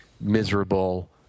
miserable